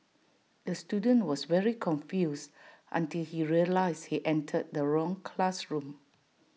the student was very confused until he realised he entered the wrong classroom